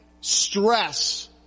stress